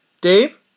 Dave